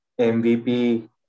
MVP